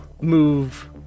move